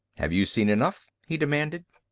have you seen enough? he demanded.